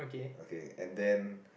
okay and then